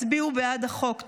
הצביעו בעד החוק.